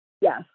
Yes